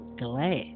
glad